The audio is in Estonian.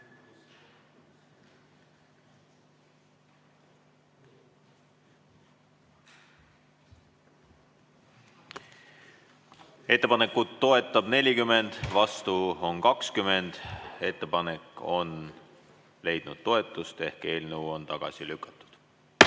Ettepanekut toetab 40, vastu on 20. Ettepanek on leidnud toetust ehk eelnõu on tagasi lükatud.